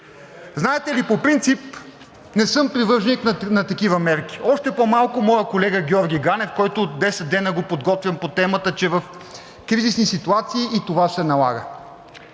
Знаете ли, по принцип не съм привърженик на такива мерки, още по-малко моят колега Георги Ганев, когото от десет дена подготвям по темата, че в кризисни ситуации и това се налага.